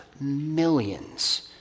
millions